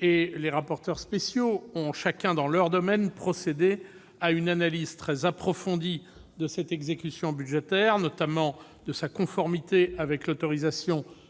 et les rapporteurs spéciaux ont, chacun dans leur domaine, procédé à une analyse très approfondie de cette exécution budgétaire, notamment de sa conformité avec l'autorisation donnée